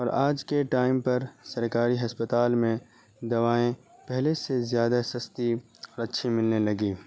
اور آج کے ٹائم پر سرکاری ہسپتال میں دوائیں پہلے سے زیادہ سستی اور اچھی ملنے لگیں